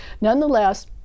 Nonetheless